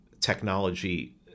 technology